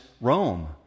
Rome